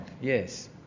yes